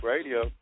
Radio